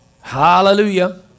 Hallelujah